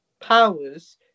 powers